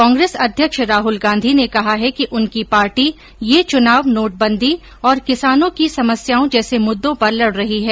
कांग्रेस अध्यक्ष राहुल गांधी ने कहा है कि उनकी पार्टी यह च्रनाव नोटबंदी और किसानों की समस्याओं जैसे मुद्दों पर लड़ रही है